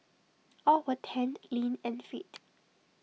all were tanned lean and fit